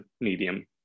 medium